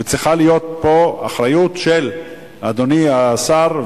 וצריכה להיות פה אחריות של אדוני השר.